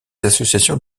associations